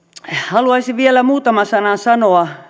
haluaisin vielä muutaman sanan sanoa